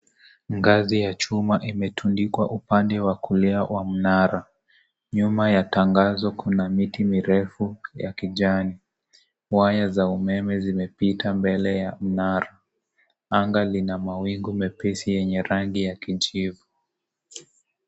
Ngazi ya chuma imetundikwa upande wa kulia wa mnara. Nyuma ya tangazo kuna miti mirefu ya kijani. Waya za umeme zimepeta mbele ya mnaro. Anga lina mawingu mepesi yenye rangi ya kijivu.